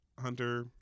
Hunter